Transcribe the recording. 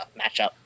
matchup